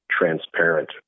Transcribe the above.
transparent